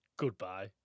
Goodbye